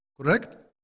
correct